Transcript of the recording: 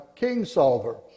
Kingsolver